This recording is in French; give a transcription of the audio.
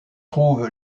trouve